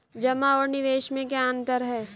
जमा और निवेश में क्या अंतर है?